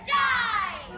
die